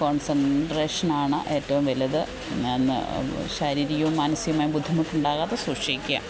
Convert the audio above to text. കോൺസെൻട്രേഷനാണ് ഏറ്റവും വലുത് പിന്നെ ശാരീരികവും മാനസികവുമായ ബുദ്ധിമുട്ടുണ്ടാകാതെ സൂക്ഷിക്കുക